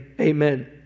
Amen